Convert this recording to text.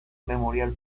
memorial